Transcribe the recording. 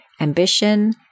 ambition